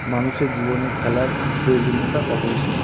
মানুষের জীবনে খেলার প্রয়োজনীয়তা অপরিসীম